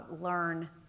learn